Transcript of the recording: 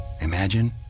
imagine